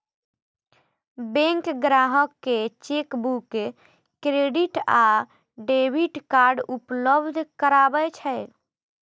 bank ग्राहक कें chequebook, credit आ डेबिट कार्ड उपलब्ध करबै छै